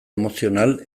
emozional